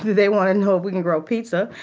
they want to know if we can grow pizza,